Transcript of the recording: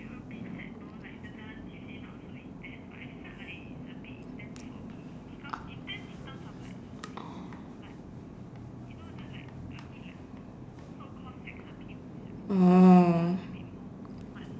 oh